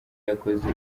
yakoze